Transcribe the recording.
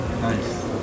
Nice